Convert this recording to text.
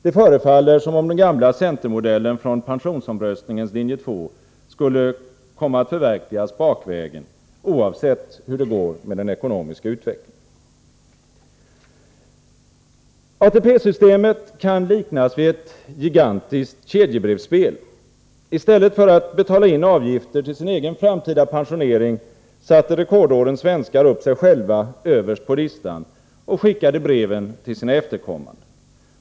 Det förefaller som om den gamla centermodellen från pensionsomröstningens linje 2 skulle komma att förverkligas bakvägen, oavsett hur det går med den ekonomiska utvecklingen. ATP-systemet kan liknas vid ett gigantiskt kedjebrevsspel. I stället för att betala in avgifter till sin egen framtida pensionering satte rekordårens svenskar upp sig själva överst på listan och skickade breven till sina efterkommande.